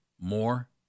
more